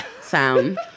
sound